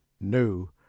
No